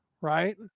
right